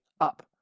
up